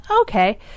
okay